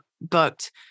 booked